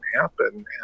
happen